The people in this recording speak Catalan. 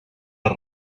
les